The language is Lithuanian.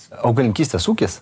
augalininkystės ūkis